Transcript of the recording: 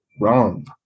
wrong